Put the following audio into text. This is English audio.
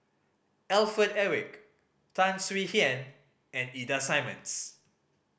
Alfred Eric Tan Swie Hian and Ida Simmons